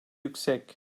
yüksek